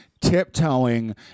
tiptoeing